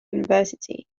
university